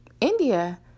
India